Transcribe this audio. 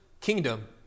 kingdom